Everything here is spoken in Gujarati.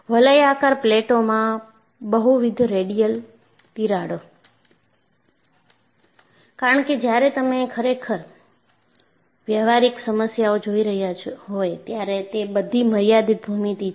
વલયાકાર પ્લેટોમાં બહુવિધ રેડિયલ તિરાડો કારણ કે જ્યારે તમે ખરેખર વ્યવહારિક સમસ્યાઓ જોઈ રહ્યા હોય ત્યારે તે બધી મર્યાદિત ભૂમિતિ છે